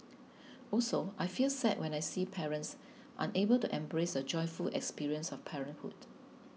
also I feel sad when I see parents unable to embrace the joyful experience of parenthood